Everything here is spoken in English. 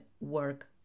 work